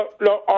no